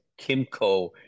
Kimco